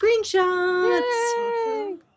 screenshots